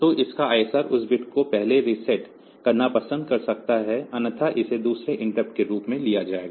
तो आपका ISR उस बिट को पहले रीसेट करना पसंद कर सकता है अन्यथा इसे दूसरे इंटरप्ट के रूप में लिया जाएगा